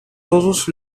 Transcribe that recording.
todos